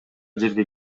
жерге